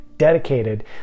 dedicated